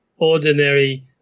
ordinary